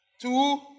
Two